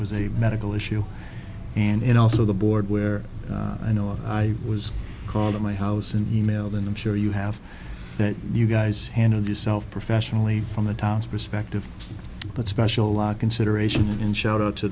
was a medical issue and also the board where i know i was called to my house and emailed and i'm sure you have that you guys handle yourself professionally from the town's perspective that special law considerations and shout out to